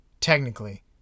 technically